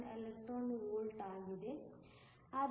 1 electron volt ಆಗಿದೆ